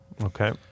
Okay